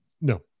No